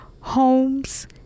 homes